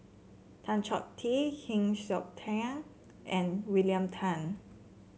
Tan Choh Tee Heng Siok Tian and William Tan